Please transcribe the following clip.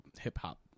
hip-hop